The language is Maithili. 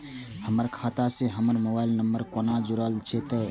हमर खाता मे हमर मोबाइल नम्बर कोना जोरल जेतै?